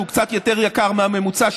שהוא קצת יותר יקר מהממוצע,